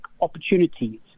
opportunities